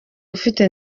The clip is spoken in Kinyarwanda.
ufite